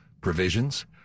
provisions